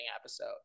episode